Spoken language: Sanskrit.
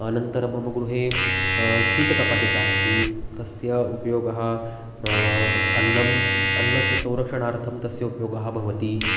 अनन्तरं मम गृहे शीतकपाटिका अस्ति तस्य उपयोगः अन्नम् अन्नस्य संरक्षणार्थं तस्य उपयोगः भवति